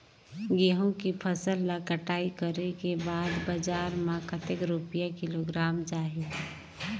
गंहू के फसल ला कटाई करे के बाद बजार मा कतेक रुपिया किलोग्राम जाही?